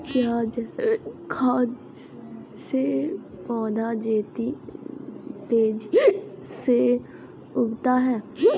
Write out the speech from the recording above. क्या जैविक खाद से पौधा तेजी से बढ़ता है?